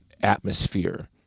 atmosphere